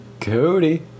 Cody